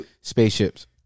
Spaceships